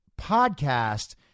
podcast